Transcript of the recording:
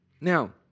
Now